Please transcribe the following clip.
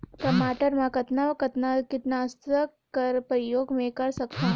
टमाटर म कतना कतना कीटनाशक कर प्रयोग मै कर सकथव?